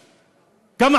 כמה,